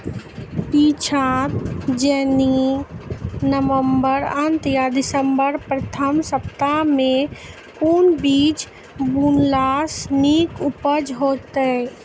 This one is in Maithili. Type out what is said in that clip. पीछात जेनाकि नवम्बर अंत आ दिसम्बर प्रथम सप्ताह मे कून बीज बुनलास नीक उपज हेते?